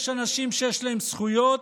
יש אנשים שיש להם זכויות,